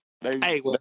Hey